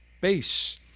base